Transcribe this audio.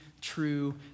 true